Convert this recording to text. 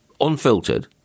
unfiltered